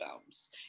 films